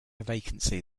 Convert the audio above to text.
vacancy